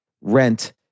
rent